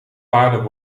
paarden